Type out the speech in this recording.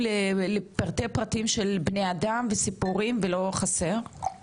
לפרטי פרטים של בני אדם וסיפורים ולא חסר.